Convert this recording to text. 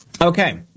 okay